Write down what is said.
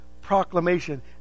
proclamation